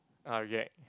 I'll gag